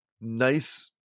nice